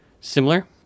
similar